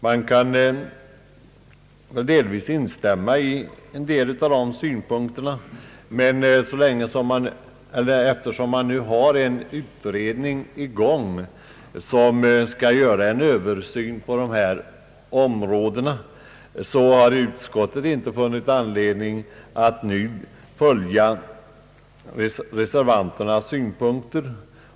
Jag kan till viss del instämma i herr Wallmarks synpunkter, men eftersom en utredning pågår, som skall göra en översyn på dessa områden, har utskottet inte funnit anledning att nu följa reservanternas förslag.